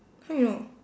how you know